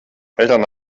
eltern